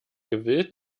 gewillt